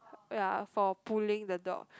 oh ya for pulling the dog